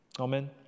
Amen